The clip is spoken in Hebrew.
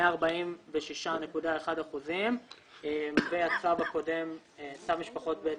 146.1%. צו המשפחות הקודם